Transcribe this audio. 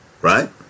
right